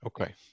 okay